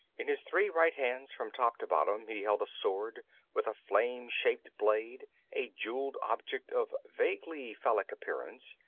in his three right hands, from top to bottom, he held a sword with a flame-shaped blade, a jeweled object of vaguely phallic appearance,